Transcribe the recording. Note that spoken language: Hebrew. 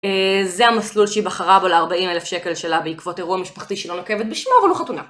זה המסלול שהיא בחרה בו לארבעים אלף שקל שלה בעקבות אירוע משפחתי שלא נוקבת בשמו אבל הוא חתונה.